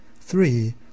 Three